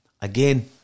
again